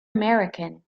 american